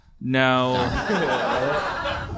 No